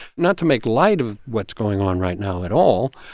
not to make light of what's going on right now at all,